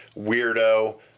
weirdo